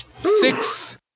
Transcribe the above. Six